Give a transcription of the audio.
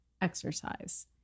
exercise